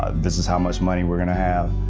ah this is how much money we're going to have.